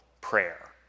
prayer